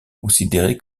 considéré